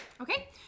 Okay